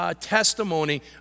testimony